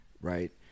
right